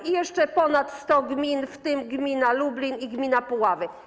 I jeszcze ponad 100 gmin, w tym gmina Lublin i gmina Puławy.